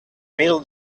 mil